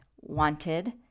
wanted